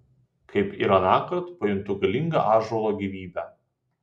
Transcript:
kaip ir anąkart pajuntu galingą ąžuolo gyvybę